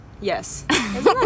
Yes